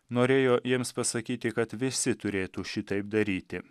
norėjo jiems pasakyti kad visi turėtų šitaip daryti